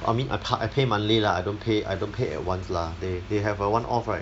I mean I part I pay monthly lah I don't pay I don't pay at once lah they they have a one off right